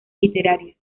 literarias